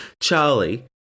Charlie